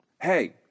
hey